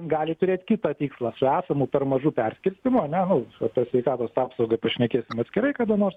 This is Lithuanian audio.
gali turėti kitą tikslą su esamu per mažu perskirstymu ar ne nu apie sveikatos apsaugą pašnekėsim atskirai kada nors